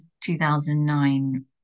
2009